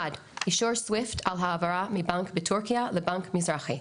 אישור סוויפט על העברה מהבנק בטורקיה לבנק מזרחי.